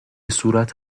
صورت